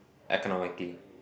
economically